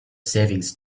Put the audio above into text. savings